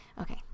Okay